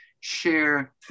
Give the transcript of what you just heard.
share